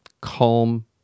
calm